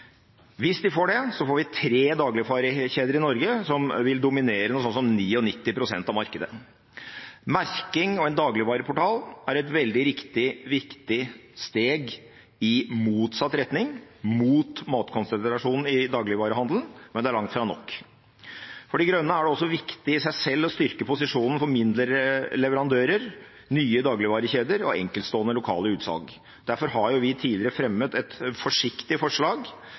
Hvis de får det, får vi tre dagligvarekjeder i Norge som vil dominere noe sånt som 99 pst. av markedet. Merking og en dagligvareportal er et veldig viktig steg i motsatt retning, mot maktkonsentrasjonen i dagligvarehandelen, men det er langt fra nok. For Miljøpartiet De Grønne er det også viktig i seg selv å styrke posisjonen for mindre leverandører, nye dagligvarekjeder og enkeltstående lokale utsalg. Derfor har vi fremmet et forsiktig forslag